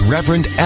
Reverend